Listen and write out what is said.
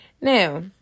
Now